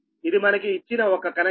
ఇది మన కి ఇచ్చిన ఒక కనెక్షన్